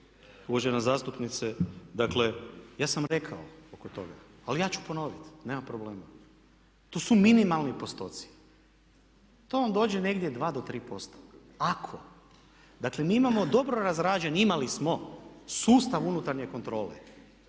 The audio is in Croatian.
kolegice zastupnice dakle ja sam rekao oko toga ali ja ću ponoviti nema problema. To su minimalni postoci. To vam dođe negdje 2 do 3%, ako. Dakle, mi imamo dobro razrađen, imali smo, sustav unutarnje kontrole